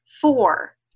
four